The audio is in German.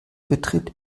betritt